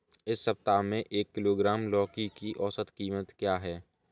इस सप्ताह में एक किलोग्राम लौकी की औसत कीमत क्या है?